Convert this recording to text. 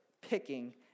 picking